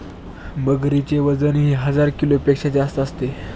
मगरीचे वजनही हजार किलोपेक्षा जास्त असते